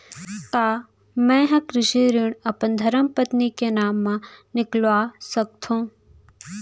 का मैं ह कृषि ऋण अपन धर्मपत्नी के नाम मा निकलवा सकथो?